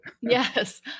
Yes